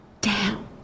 down